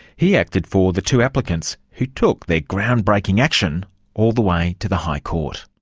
he acted for the two applicants who took their groundbreaking action all the way to the high court.